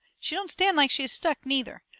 she don't stand like she is stuck, neither,